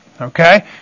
Okay